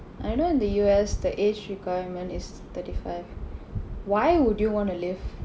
I know in the U_S the age requirement is thirty five why would you want to live